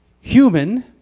human